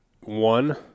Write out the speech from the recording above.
one